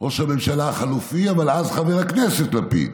ראש הממשלה החלופי, אבל אז חבר הכנסת לפיד: